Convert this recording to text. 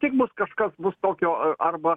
tik bus kažkas bus tokio arba